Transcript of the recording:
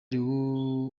leo